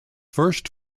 first